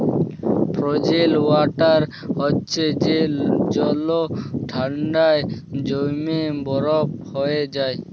frozen water হছে যে জল ঠাল্ডায় জইমে বরফ হঁয়ে যায়